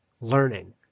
learning